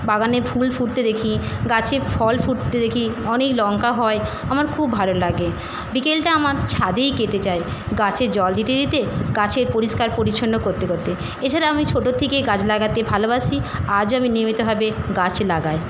বাগানে ফুল ফুটতে দেখি গাছে ফল ফুটতে দেখি অনেক লঙ্কা হয় আমার খুব ভালো লাগে বিকেলটা আমার ছাদেই কেটে যায় গাছে জল দিতে দিতে গাছের পরিষ্কার পরিচ্ছন্ন করতে করতে এছাড়া আমি ছোটোর থেকেই গাছ লাগাতে ভালোবাসি আজও আমি নিয়মিতভাবে গাছ লাগাই